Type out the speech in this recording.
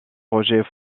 roger